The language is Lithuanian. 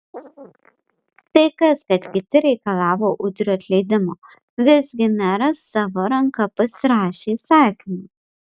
tai kas kad kiti reikalavo udrio atleidimo visgi meras savo ranka pasirašė įsakymą